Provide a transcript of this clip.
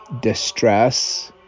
distress